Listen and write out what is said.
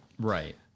Right